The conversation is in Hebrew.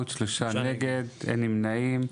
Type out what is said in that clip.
3 נמנעים,